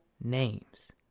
names